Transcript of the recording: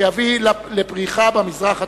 שיביא לפריחה במזרח התיכון.